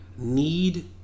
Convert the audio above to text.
Need